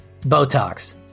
Botox